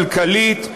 כלכלית,